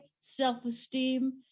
self-esteem